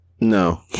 No